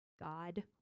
God